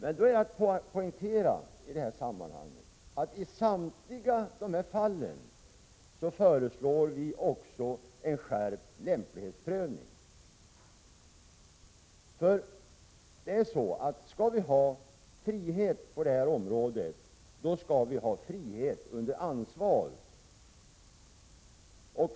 I detta sammanhang skall poängteras att vi i samtliga dessa fall också föreslår en skärpning av lämplighetsprövningen. Om vi skall ha frihet på detta område skall vi ha frihet under ansvar.